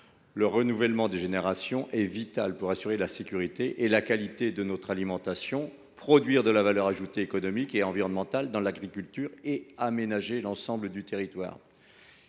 Le renouvellement des générations est vital pour assurer la sécurité et la qualité de notre alimentation, produire de la valeur ajoutée économique et environnementale dans l’agriculture et aménager l’ensemble du territoire.